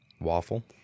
Waffle